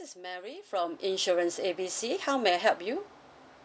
is mary from insurance A B C how may I help you